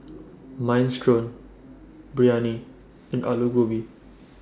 Minestrone Biryani and Alu Gobi